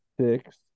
six